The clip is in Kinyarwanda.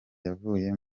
yavuye